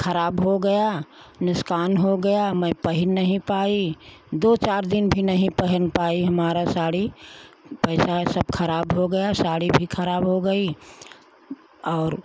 खराब हो गया नुकसान हो गया मैं पहन नहीं पाई दो चार दिन भी नहीं पहन पाई हमारा साड़ी पैसा सब खराब हो गया साड़ी भी खराब हो गई और